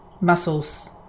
muscles